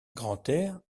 grantaire